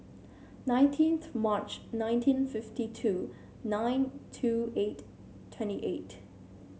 nineteenth March nineteen fifty two nine two eight twenty eight